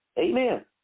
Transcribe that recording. Amen